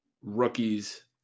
rookies